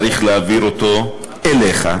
צריך להעביר אותו אליך,